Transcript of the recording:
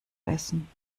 essen